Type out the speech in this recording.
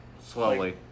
Slowly